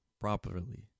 properly